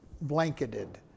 blanketed